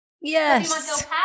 Yes